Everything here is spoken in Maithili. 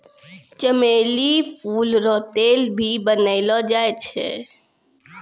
चमेली फूल रो तेल भी बनैलो जाय छै